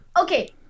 okay